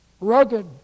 rugged